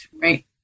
right